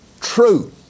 true